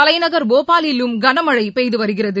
தலைநகர் போபாலிலும் கனமழை பெய்து வருகிறது